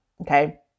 okay